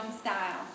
style